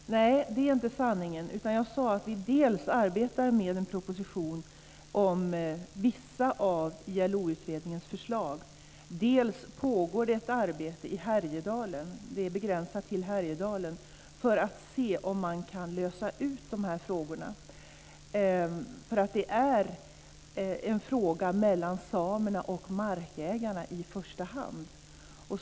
Fru talman! Nej, det är inte sanningen. Jag sade dels att vi arbetar med en proposition om vissa av ILO-utredningens förslag, dels att det pågår ett arbete i Härjedalen - det är begränsat till Härjedalen - för att se om man kan lösa ut de här frågorna. Det är nämligen en fråga mellan samerna och markägarna i första hand.